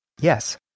Yes